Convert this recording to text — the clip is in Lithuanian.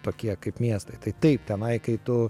tokie kaip miestai tai taip tenai kai tu